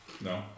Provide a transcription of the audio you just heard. No